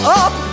up